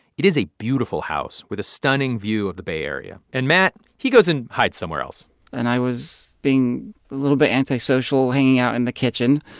it is a beautiful house with a stunning view of the bay area. and matt he goes and hides somewhere else and i was being a little bit antisocial, hanging out in the kitchen.